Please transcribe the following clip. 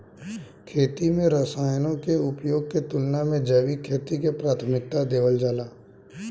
खेती में रसायनों के उपयोग के तुलना में जैविक खेती के प्राथमिकता देवल जाला